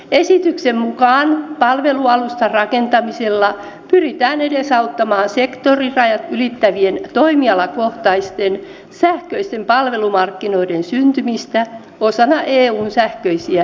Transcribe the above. esityksen mukaan palvelualustan rakentamisella pyritään edesauttamaan sekotorirajat ylittävien toimialakohtaisten sähköisten palvelumarkkinoiden syntymistä osana eun sähköisiä sisämarkkinoita